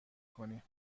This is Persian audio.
کنی